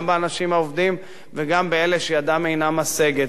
גם באנשים העובדים וגם באלה שידם אינה משגת,